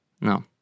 No